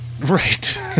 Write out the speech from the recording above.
Right